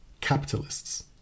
capitalists